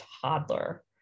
toddler